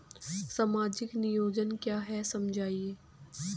सामाजिक नियोजन क्या है समझाइए?